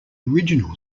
original